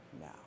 now